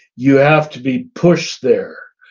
you have to be pushed there.